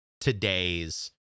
today's